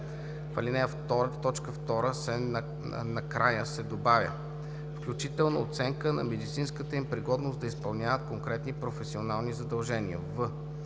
в ал. 2, т. 2 накрая се добавя „включително оценка на медицинската им пригодност да изпълняват конкретни професионални задължения“;